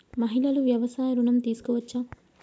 మహిళలు వ్యవసాయ ఋణం తీసుకోవచ్చా?